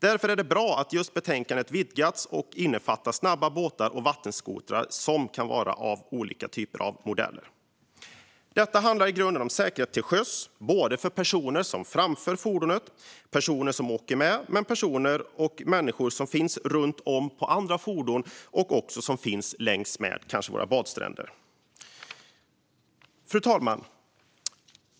Därför är det bra att betänkandet har vidgats och även innefattar snabba båtar och vattenskotrar av flera olika modeller. Detta handlar i grunden om säkerhet till sjöss, både för personer som framför fordonet och för personer som åker med men också för personer runt om i andra fordon och längs vägen, till exempel på badstränder. Fru talman!